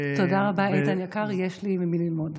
תודה רבה, איתן יקר, יש לי ממי ללמוד.